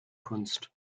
kunst